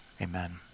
amen